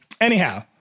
anyhow